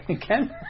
Ken